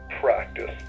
practice